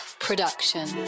Production